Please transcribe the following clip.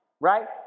right